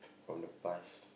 from the past